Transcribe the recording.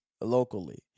locally